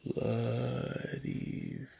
Bloody